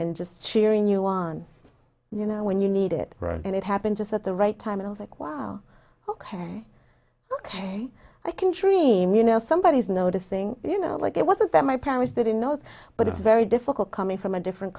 and just cheering you on you know when you need it and it happened just at the right time and i was like wow ok ok i can dream you know somebody is noticing you know like it wasn't that my parents didn't notice but it's very difficult coming from a different